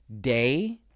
day